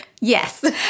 Yes